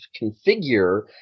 configure